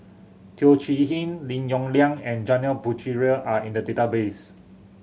Teo Chee Hean Lim Yong Liang and Janil Puthucheary are in the database